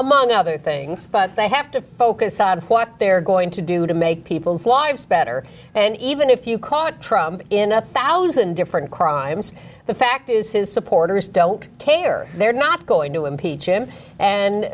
among other things but they have to focus on what they're going to do to make people's lives better and even if you call it trump in one thousand different crimes the fact is his supporters don't care they're not going to impeach him and